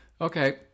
okay